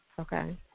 Okay